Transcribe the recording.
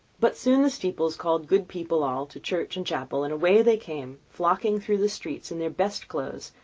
but soon the steeples called good people all, to church and chapel, and away they came, flocking through the streets in their best clothes,